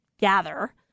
gather